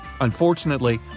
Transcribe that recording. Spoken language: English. Unfortunately